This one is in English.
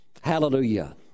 Hallelujah